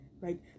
right